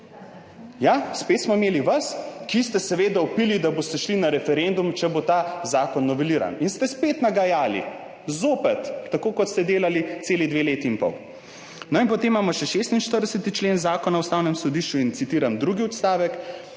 Ja, spet smo imeli vas, ki ste seveda vpili, da boste šli na referendum, če bo ta zakon noveliran, in ste spet nagajali, zopet, tako kot ste delali celi dve leti in pol. No in potem imamo še 46. člen Zakona o ustavnem sodišču in citiram drugi odstavek: